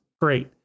Great